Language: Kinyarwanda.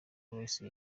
rice